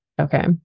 Okay